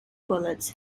bullets